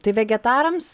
tai vegetarams